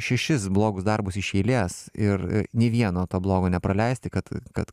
šešis blogus darbus iš eilės ir nė vieno to blogo nepraleisti kad kad